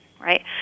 right